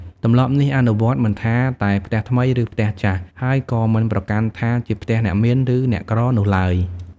ទម្លាប់នេះអនុវត្តមិនថាតែផ្ទះថ្មី ឬផ្ទះចាស់ ហើយក៏មិនប្រកាន់ថាជាផ្ទះអ្នកមានឬអ្នកក្រនោះឡើយ។